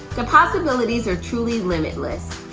the possibilities are truly limitless.